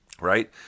right